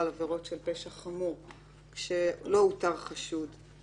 כסנגור אמשיך לטעון שפעולת חקירה צריכה להיות מהותית או ממשית,